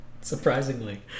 Surprisingly